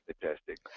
fantastic